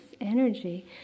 energy